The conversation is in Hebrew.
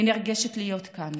אני נרגשת להיות כאן